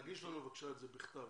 תגיש לנו את זה בכתב,